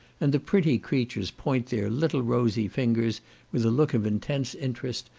and the pretty creatures point their little rosy fingers with a look of intense interest,